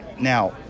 Now